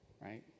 right